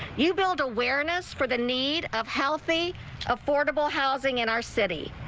you build awareness for the need of healthy affordable housing in our city.